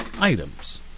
items